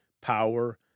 power